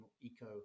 eco